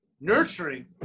nurturing